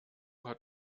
hat